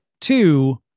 two